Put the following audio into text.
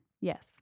Yes